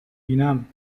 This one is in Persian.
بینم